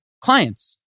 clients